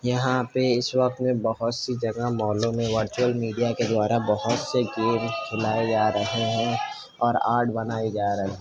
یہاں پہ اس وقت میں بہت سی جگہ مالوں میں ورچوئل میڈیا کے دوارا بہت سے گیم کھلائے جا رہے ہیں اور آرٹ بنائے جا رہے ہیں